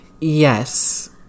Yes